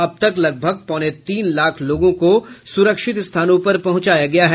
अब तक लगभग पौने तीन लाख लोगों को सुरक्षित स्थानों पर पहुंचाया गया है